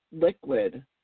liquid